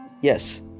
Yes